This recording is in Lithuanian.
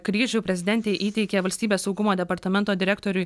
kryžių prezidentė įteikė valstybės saugumo departamento direktoriui